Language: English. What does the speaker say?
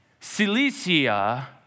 Cilicia